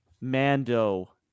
mando